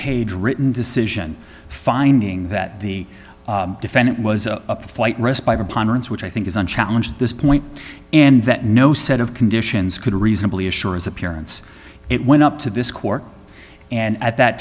page written decision finding that the defendant was a flight risk by preponderance which i think is on challenge this point and that no set of conditions could reasonably assure his appearance it went up to this court and at that